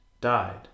died